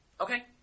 Okay